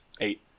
Eight